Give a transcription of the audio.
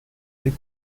des